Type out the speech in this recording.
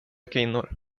kvinnor